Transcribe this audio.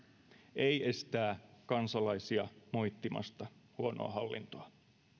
ei estää kansalaisia moittimasta huonoa hallintoa